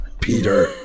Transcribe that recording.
Peter